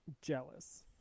jealous